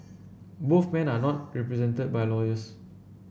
both men are not represented by lawyers